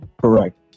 correct